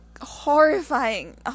horrifying